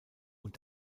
und